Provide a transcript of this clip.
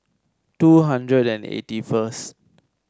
two hundred and eighty first